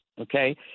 okay